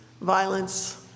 violence